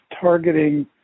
targeting